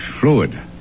Fluid